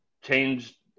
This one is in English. change